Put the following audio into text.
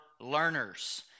learners